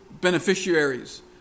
beneficiaries